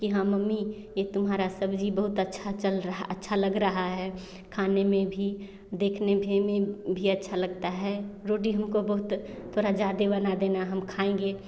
की हाँ मम्मी ऐ तुम्हारा सब्ज़ी बहुत अच्छा चल रहा अच्छा लग रहा है खाने में भी देखने भे में भी अच्छा लगता है रोटी हमको बहुत थोड़ा ज़्यादा बना देना हम खाएँगे